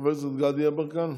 חבר הכנסת גדי יברקן.